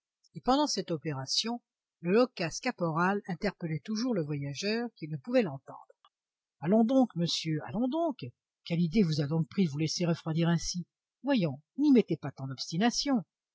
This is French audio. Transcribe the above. et pendant cette opération le loquace caporal interpellait toujours le voyageur qui ne pouvait l'entendre allons donc monsieur allons donc quelle idée vous a donc pris de vous laisser refroidir ainsi voyons n'y mettez pas tant d'obstination